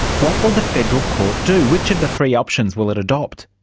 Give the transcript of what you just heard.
what will the federal court do? which of the three options will it adopt?